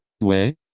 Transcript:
ouais